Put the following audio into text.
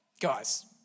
guys